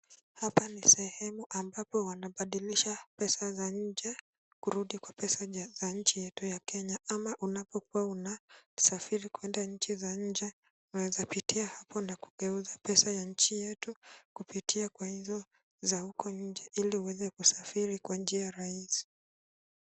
Hapa ni sehemu ambapo wanabadilisha pesa za nje kurudi kwa pesa za nchi yetu ya Kenya ama unapokuwa unasafiri kuenda nchi za nje unaweza pitia hapo na kugeuza pesa ya nchi yetu kupitia kwa hizo za huko nje ili uweze kusafiri kwa njia rahisi.